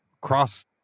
cross